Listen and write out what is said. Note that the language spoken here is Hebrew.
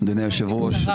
אדוני היושב-ראש,